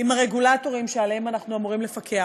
עם הרגולטורים שעליהם אנחנו אמורים לפקח.